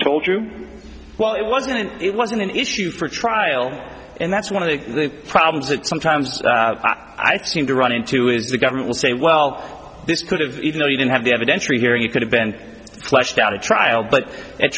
told you well it wasn't it wasn't an issue for trial and that's one of the problems that sometimes i seem to run into is the government will say well this could have even though you didn't have the evidentiary hearing it could have been fleshed out a trial but